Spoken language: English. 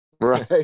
right